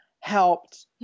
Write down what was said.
helped